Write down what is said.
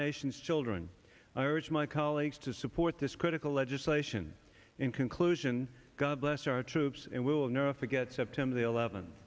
nation's children i urge my colleagues to support this critical legislation in conclusion god bless our troops and we'll never forget september the eleventh